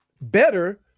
better